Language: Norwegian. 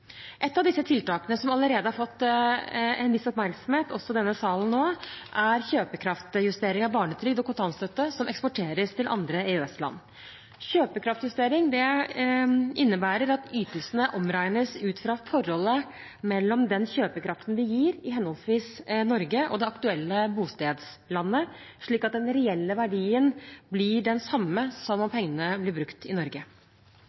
Et av disse tiltakene – som allerede har fått en viss oppmerksomhet, også i denne salen nå – er kjøpekraftsjustering av barnetrygd og kontantstøtte som eksporteres til andre EØS-land. Kjøpekraftsjustering innebærer at ytelsene omregnes ut fra forholdet mellom den kjøpekraften det gir i henholdsvis Norge og det aktuelle bostedslandet, slik at den reelle verdien blir den samme som om pengene blir brukt i Norge.